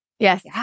Yes